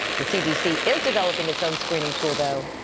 the cdc is developing its own screening tool though,